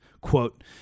quote